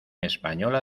española